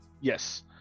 yes